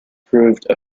proved